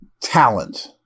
talent